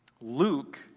Luke